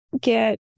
get